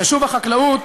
ושוב החקלאות,